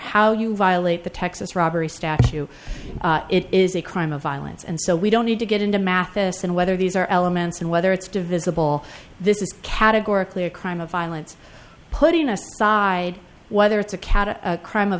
how you violate the texas robbery statue it is a crime of violence and so we don't need to get into mathison whether these are elements and whether it's divisible this is categorically a crime of violence putting aside whether it's a cat or a crime of